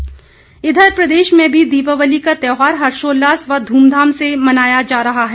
दीपावली इधर प्रदेश में भी दीपावली का त्योहार हर्षोल्लास व ध्रमधाम से मनाया जा रहा है